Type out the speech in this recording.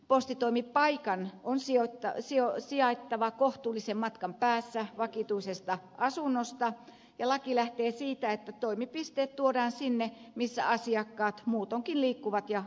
postitoimipaikan on sijaittava kohtuullisen matkan päässä vakituisesta asunnosta ja laki lähtee siitä että toimipisteet tuodaan sinne missä asiakkaat muutoinkin liikkuvat ja asioivat